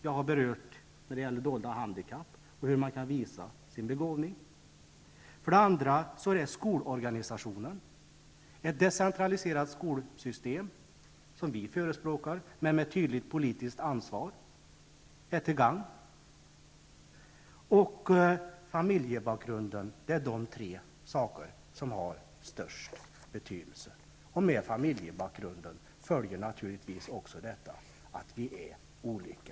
Jag har berört detta när det gäller dolda handikapp och hur man kan visa sin begåvning. För det andra gäller det skolorganisationen. Ett decentraliserat skolsystem som vi förespråkar, men med ett tydligt politiskt ansvar är till gagn. För det tredje har familjebakgrunden betydelse. Med familjebakgrunden följer naturligtvis också att vi är olika.